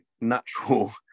natural